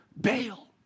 Bail